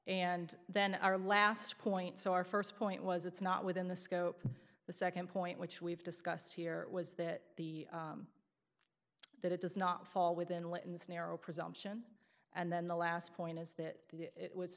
and then our last point so our st point was it's not within the scope the nd point which we've discussed here was that the that it does not fall within layton's narrow presumption and then the last point is that it was